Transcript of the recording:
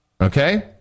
Okay